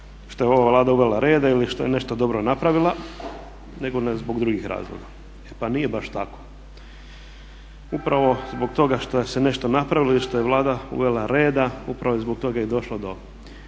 što je ova Vlada uvela reda ili što je nešto dobro napravila nego zbog drugih razloga. E pa nije baš tako. Upravo zbog toga što se nešto napravilo i što je Vlada uvela reda upravo je zbog toga i došlo do